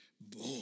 Boy